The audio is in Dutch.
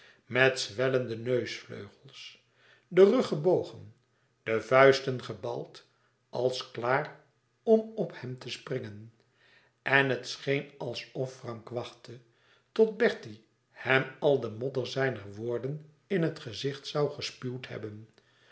met zwellende neusvleugels den rug gebogen de vuisten gebald als klaar om op hem te springen en het scheen alsof frank wachtte tot bertie hem al de modder zijner woorden in het gezicht zoû gespuwd hebben